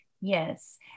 Yes